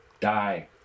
die